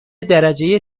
درجه